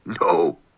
no